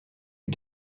you